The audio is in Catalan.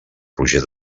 roger